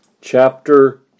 chapter